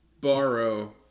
borrow